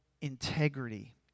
integrity